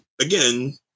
again